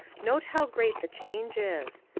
note how great the change is.